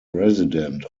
resident